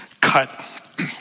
cut